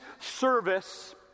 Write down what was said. service